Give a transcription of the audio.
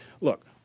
Look